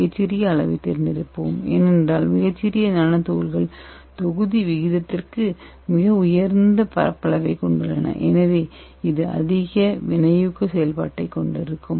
மிகச்சிறிய அளவை நாங்கள் தேர்ந்தெடுப்போம் ஏனென்றால் மிகச்சிறிய நானோ துகள்கள் தொகுதி விகிதத்திற்கு மிக உயர்ந்த பரப்பளவைக் கொண்டுள்ளன எனவே இது அதிக வினையூக்க செயல்பாட்டைக் கொண்டிருக்கும்